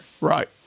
Right